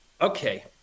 okay